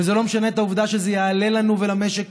ולא משנה העובדה שזה יעלה לנו ולמשק